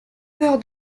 peur